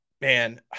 Man